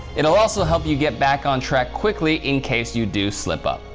it'll also help you get back on track quickly in case you do slip up.